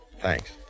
thanks